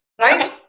Right